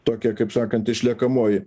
tokia kaip sakant išliekamoji